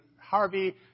Harvey